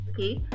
Okay